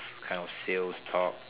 kind of sales talk